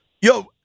Yo